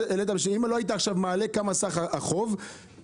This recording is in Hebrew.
אם לא היית מעלה עכשיו כמה סך החוב שיש?